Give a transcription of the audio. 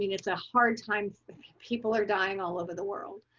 it's a hard times, people are dying all over the world.